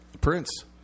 Prince